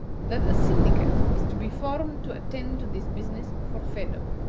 that a syndicate is to be formed to attend to this business for phedo.